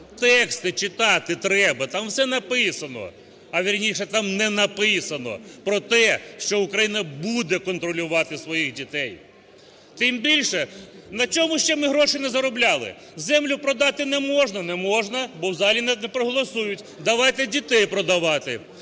Тексти читати треба, там все написано, а, вірніше, там не написано про те, що Україна буде контролювати своїх дітей. Тим більше, на чому ще ми гроші не заробляли? Землю продати не можна – не можна, бо в залі не проголосують. Давайте дітей продавати.